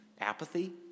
Apathy